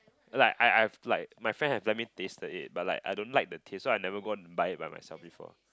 like I I've like my friend have let me tasted it but like I don't like the taste so I've never gone and buy it by myself before